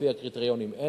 לפי הקריטריונים,